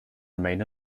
remain